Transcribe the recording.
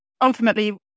ultimately